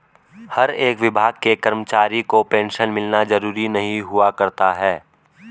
हर एक विभाग के कर्मचारी को पेन्शन मिलना जरूरी नहीं हुआ करता है